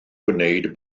gwneud